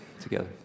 together